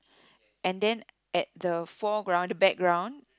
and then at the floor ground the background